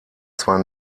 zwar